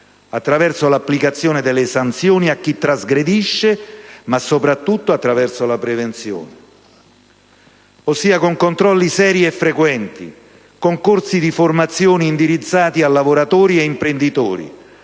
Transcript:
attraverso l'applicazione delle sanzioni a chi trasgredisce, ma soprattutto attraverso la prevenzione, ossia con controlli seri e frequenti, con corsi di formazione indirizzati a imprenditori